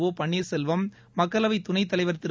ஓ பன்னீர்செல்வம் மக்களவை துணைத்தலைவர் திரு